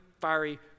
fiery